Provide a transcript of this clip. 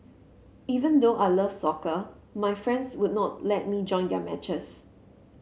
even though I love soccer my friends would not let me join their matches